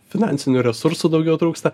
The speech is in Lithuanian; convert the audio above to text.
finansinių resursų daugiau trūksta